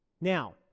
Now